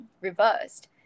reversed